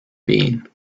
been